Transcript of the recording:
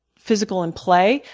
physical in play,